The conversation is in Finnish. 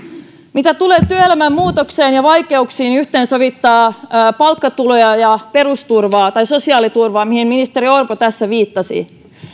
mitä tulee työelämän muutokseen ja vaikeuksiin yhteensovittaa palkkatuloja ja perusturvaa tai sosiaaliturvaa mihin ministeri orpo tässä viittasi